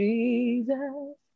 Jesus